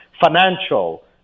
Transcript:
Financial